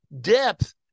depth